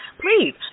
Please